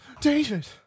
David